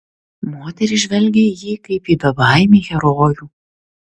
moterys žvelgė į jį kaip į bebaimį herojų